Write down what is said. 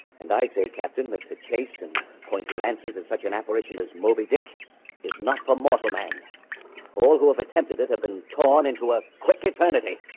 and i say captain with two chasin point lancers in such an apparition as moby dick is not for mortal man all who have attempted it have been torn into a quick eternity